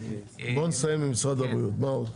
בוא נסיים עם משרד הבריאות, מה עוד?